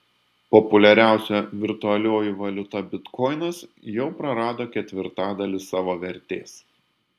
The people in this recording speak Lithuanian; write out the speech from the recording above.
populiariausia virtualioji valiuta bitkoinas jau prarado ketvirtadalį savo vertės